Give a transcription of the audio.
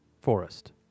forest